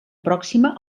pròxima